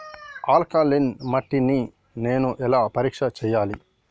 Alkaline మట్టి ని నేను ఎలా పరీక్ష చేయాలి?